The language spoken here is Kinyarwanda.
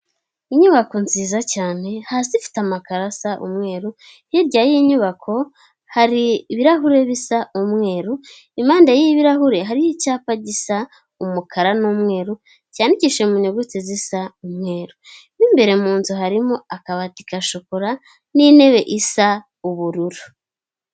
Inyubako nziza cyane hasi ifite amakarasa umweru, hirya yiyi nyubako hari ibirahure bisa umweru impanderi y'ibirahure hari icyapa gisa umukara n'umweru cyanyandikishije mu nyuguti zisa umweru mu imbere mu nzu harimo akabati ka shokora n'intebe isa ubururu.